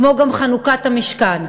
כמו גם חנוכת המשכן.